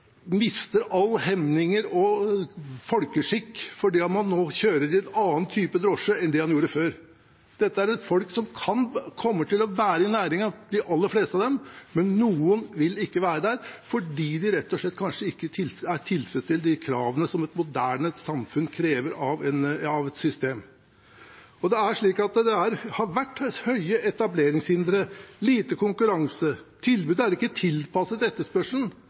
mister alle hemninger og all folkeskikk fordi om han kjører i en annen type drosje enn han gjorde før. Dette er folk som kommer til å være i næringen – de aller fleste av dem – men noen vil ikke være der fordi de kanskje rett og slett ikke tilfredsstiller de kravene som et moderne samfunn krever av et system. Det har vært høye etableringshindre og lite konkurranse, og tilbudet er ikke tilpasset etterspørselen.